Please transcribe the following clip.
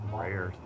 rare